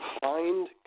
find